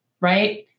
right